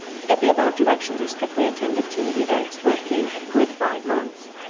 if the above directions are strictly attended to, the eggs will keep good five months.